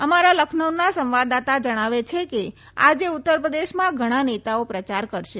અમારા લખનૌના સંવદાદાતા જણાવે છે કે આજે ઉત્તર પ્રદેશમાં ઘણા નેતાઓ પ્રચાર કરશે